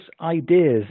ideas